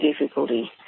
difficulty